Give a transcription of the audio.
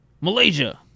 Malaysia